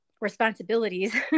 responsibilities